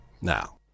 Now